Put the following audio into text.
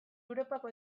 europako